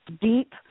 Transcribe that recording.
deep